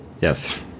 Yes